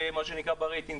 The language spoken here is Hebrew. מה שנקרא ברייטינג,